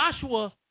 Joshua